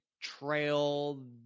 trail